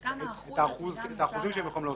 את האחוזים שהם יכולים להוסיף.